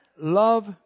love